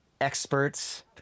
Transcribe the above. experts